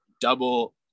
double